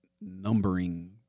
numbering